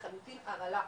לחלוטין הרעלה.